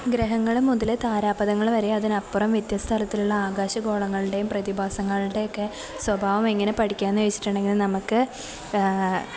ഗ്രഹങ്ങള് മുതല് താരാപഥങ്ങള് വരെ അതിനപ്പുറം വ്യത്യസ്ത തലത്തിലുള്ള ആകാശ ഗോളങ്ങളുടെയും പ്രതിഭാസങ്ങളുടെ ഒക്കെ സ്വഭാവം എങ്ങനെ പഠിക്കാമെന്നു ചോദിച്ചിട്ടുണ്ടെങ്കില് നമുക്ക്